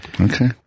Okay